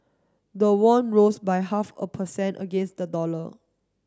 the won rose by half a per cent against the dollar